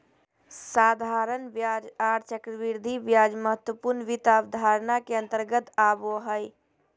साधारण ब्याज आर चक्रवृद्धि ब्याज महत्वपूर्ण वित्त अवधारणा के अंतर्गत आबो हय